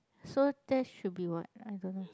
so that should be what I don't know